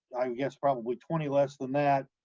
i would guess, probably twenty less than that,